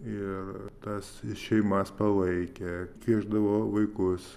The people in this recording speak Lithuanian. ir tas šeimas palaikė kviesadvovaikus